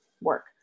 work